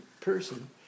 person